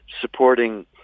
supporting